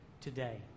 today